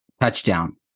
touchdown